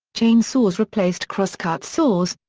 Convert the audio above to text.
chain saws replaced crosscut but saws,